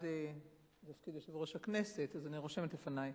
אחד בתפקיד יושב-ראש הכנסת, אז אני רושמת לפני,